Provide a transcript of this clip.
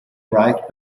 right